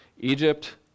Egypt